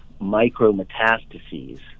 micrometastases